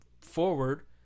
forward